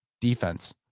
defense